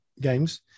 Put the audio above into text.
games